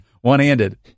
One-handed